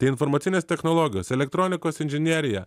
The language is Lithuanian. tai informacinės technologijos elektronikos inžinerija